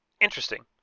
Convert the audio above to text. Interesting